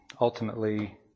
ultimately